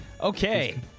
okay